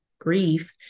grief